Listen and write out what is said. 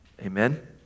Amen